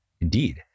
Indeed